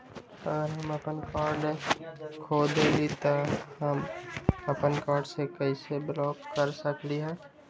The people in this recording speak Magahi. अगर हम अपन कार्ड खो देली ह त हम अपन कार्ड के कैसे ब्लॉक कर सकली ह?